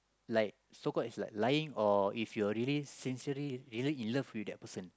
like so called is like lying or if you're really sincerely really in love with that person